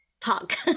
talk